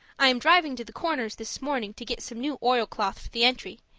i am driving to the corners this morning to get some new oilcloth for the entry,